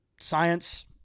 science